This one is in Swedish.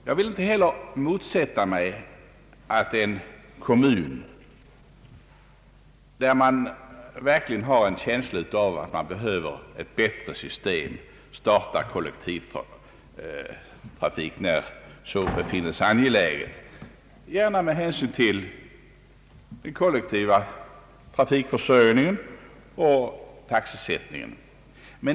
Jag vill inte heller motsätta mig att en kommun, som anser det erforderligt att få ett bättre trafiksystem, startar kollektivtrafik med hänsyn till den kollektiva trafikförsörjningen och taxesättningen.